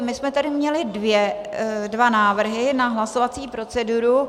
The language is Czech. My jsme tady měli dva návrhy na hlasovací proceduru.